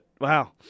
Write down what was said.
wow